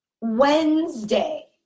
Wednesday